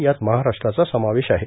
यात महाराष्ट्राचा समावेश आहे